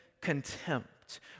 contempt